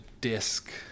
disc